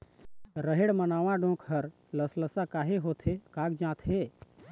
रहेड़ म नावा डोंक हर लसलसा काहे होथे कागजात हे?